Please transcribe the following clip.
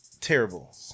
terrible